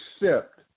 accept